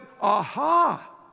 aha